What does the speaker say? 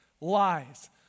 Lies